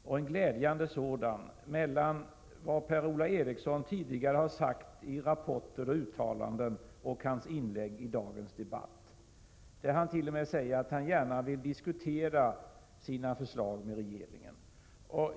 stor och glädjande skillnad mellan vad Per-Ola Eriksson tidigare har sagt i rapporter och uttalanden och hans inlägg i dagens debatt där han nu t.o.m. säger att han gärna vill diskutera sina förslag med regeringen.